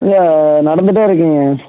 இல்லை நடந்துட்டே இருக்குதுங்க